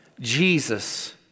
Jesus